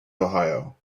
ohio